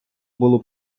було